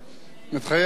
מתחייב אני.